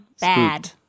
Bad